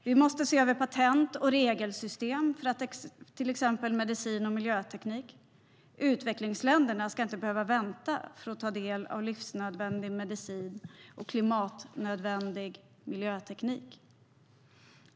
Vi måste se över patent och regelsystem för till exempel medicin och miljöteknik. Utvecklingsländerna ska inte behöva vänta för att få ta del av livsnödvändig medicin och klimatnödvändig miljöteknik.